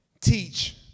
teach